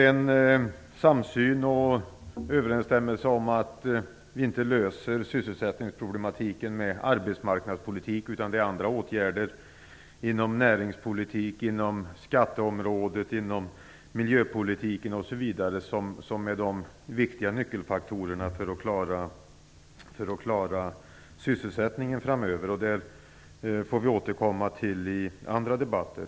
Man är överens om att vi inte löser sysselsättningsproblemen med arbetsmarknadspolitik. Det är andra åtgärder, inom näringspolitik, inom skatteområdet, inom miljöpolitiken osv., som är de viktiga nyckelfaktorerna för att vi skall klara sysselsättningen framöver. Dessa åtgärder får vi återkomma till i andra debatter.